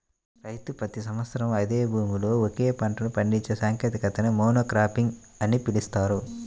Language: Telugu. రైతు ప్రతి సంవత్సరం అదే భూమిలో ఒకే పంటను పండించే సాంకేతికతని మోనోక్రాపింగ్ అని పిలుస్తారు